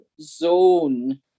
zone